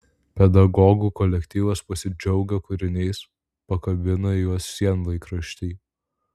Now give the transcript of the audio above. pedagogų kolektyvas pasidžiaugia kūriniais pakabina juos sienlaikrašty